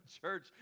church